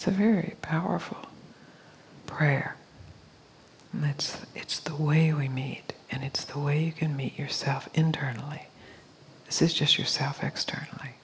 it's a very powerful prayer that's it's the way we me and it's the way you can meet yourself internally this is just yourself externally